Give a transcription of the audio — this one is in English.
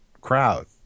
crowd